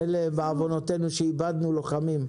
מילא בעוונותינו שאיבדנו לוחמים,